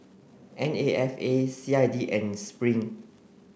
N A F A C I D and Spring